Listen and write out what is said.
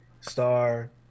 Star